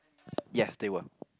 yes they were